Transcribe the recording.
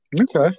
Okay